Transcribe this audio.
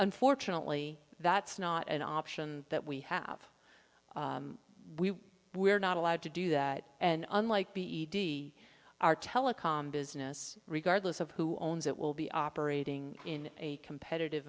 nfortunately that's not an option that we have we we're not allowed to do that and unlike b e d our telecom business regardless of who owns it will be operating in a competitive